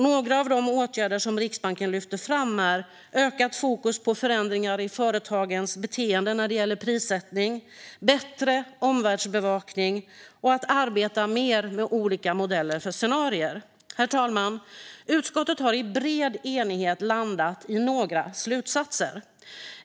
Några av de åtgärder som Riksbanken lyfter fram är ökat fokus på förändringar i företagens beteende när det gäller prissättning, bättre omvärldsbevakning och mer arbete med modeller för olika scenarier. Herr talman! Utskottet har i bred enighet landat i några slutsatser.